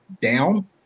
down